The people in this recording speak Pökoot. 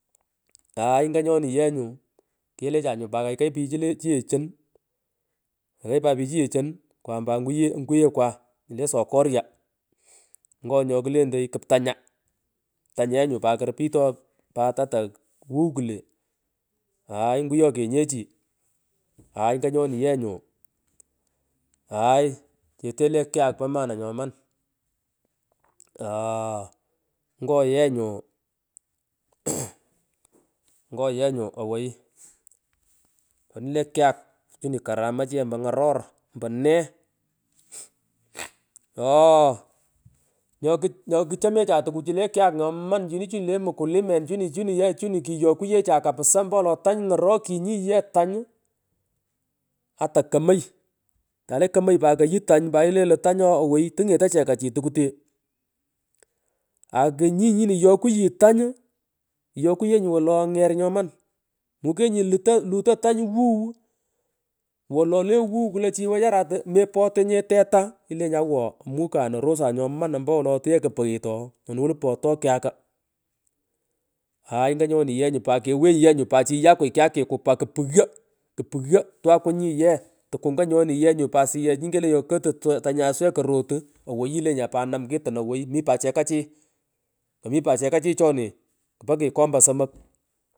Kumung aay nganyoni ye nyu kelecha kaykay pich chilo chughechon kaikai pat pich chughechon kwam pat nguye nguyekwa nyulo sokorya ngonyokulentoi kiptanya ptanya ye nyu pat kpitoy ata wugh kle aay nguyo kienyesi aay nganyoni yee nyu aay nyete le kyak po mana nyoman iooh ngoyenyu kukarkor kugh sughiny ngoyenyu owoi chin ice lyak chini karamach ompo ng’aror ompo ne kusul tunyon ooh nyoku nyokuchomecha tukuchu le kyak nyoman chini ye le mkulimen chini kiyokwuyecha kapisa ompo wolo tanyu ngorokinyi ye tanyu ata komoy tale komoy pat koyu tany pat ilenyi lo tany owoy tungeti chekachi tukte mmh akunyi nyini yokwuyi tanyu iyokwuyenyi wolo ngler nyoma nimukenyi luto tany wuwu wolole wuw klochi wechara mepotonye teta ilonyi awo mukan orusari nyoman ompowolo otuye kopoghet oo ono wolu poto kyaku mmh aay nganyoni ye nyu pat kewenyi ye nyu pat iyakwuy kyakiku pat kupughyo kupoghyo twakunyiye takunga nyoni ye pat suyech okotu tanyay so kurut owoi ilenyipat inam kitun owoi mi pat chekachi mi pat chekachi choni po kiikomba somok.